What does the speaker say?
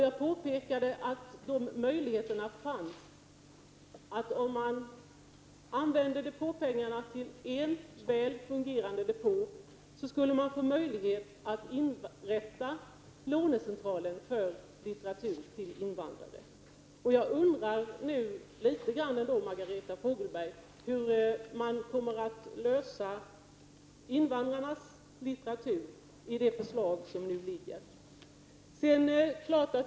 Jag påpekade att de möjligheterna nu finns. Om man använde depåpengarna till en väl fungerande depå, skulle man få möjlighet att inrätta en lånecentral för litteratur till invandrare. Jag undrar nu hur man kommer att lösa frågan om invandrarnas litteratur med det förslag som föreligger i betänkandet.